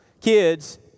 Kids